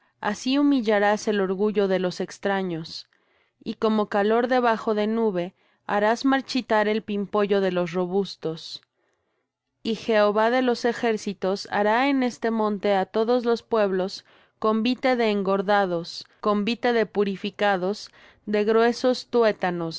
así humillarás el orgullo de los extraños y como calor debajo de nube harás marchitar el pimpollo de los robustos y jehová de los ejércitos hará en este monte á todos los pueblos convite de engordados convite de purificados de gruesos tuétanos